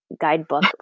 guidebook